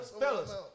fellas